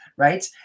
Right